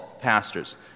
pastors